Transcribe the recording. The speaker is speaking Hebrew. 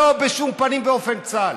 בשום פנים ואופן לא עם צה"ל.